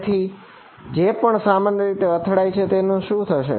તેથી જે પણ સામાન્ય રીતે અથડાય છે તેનું શું થશે